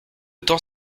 temps